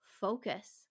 focus